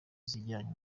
zijyanye